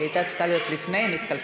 היא הייתה צריכה להיות לפני, הם התחלפו.